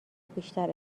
بیشتر